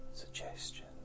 suggestions